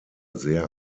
sehr